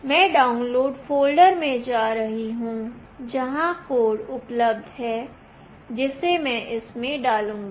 मैं download folder में जा रही हूं जहां कोड उपलब्ध है जिसे मैं इसमें डालूंगी